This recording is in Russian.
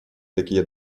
такие